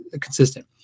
consistent